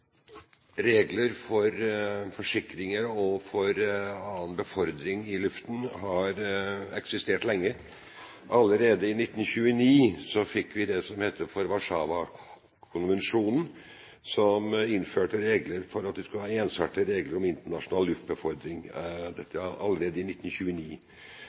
regler for forsikringer for befordring i luften har eksistert lenge. Allerede i 1929 fikk vi det som heter Warszawa-konvensjonen, som innførte ensartede regler om internasjonal luftbefordring – allerede i 1929.